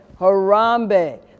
Harambe